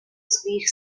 своїх